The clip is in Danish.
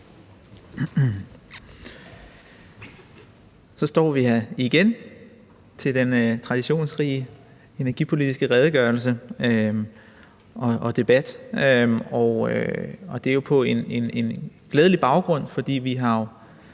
Så står vi her igen til den traditionsrige energipolitiske redegørelse og debat. Og det er på en glædelig baggrund, for vi har jo